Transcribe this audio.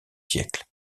siècle